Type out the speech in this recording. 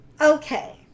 Okay